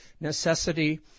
necessity